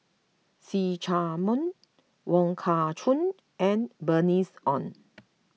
See Chak Mun Wong Kah Chun and Bernice Ong